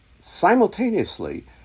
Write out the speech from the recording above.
Simultaneously